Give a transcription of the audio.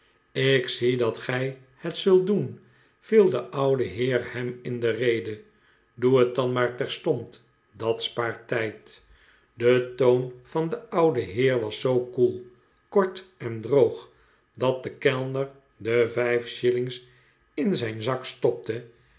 ik zie dat gij het zult doen viel de oude heer hem in de rede doe het dan maar terstond dat spaart tijd de toon van den ouden heer was zoo koel kort en droog dat de kellner de vijf shillings in zijn zak stopte